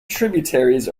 tributaries